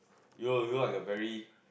you you look like a very